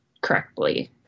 correctly